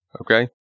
Okay